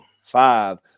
five